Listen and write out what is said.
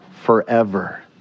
forever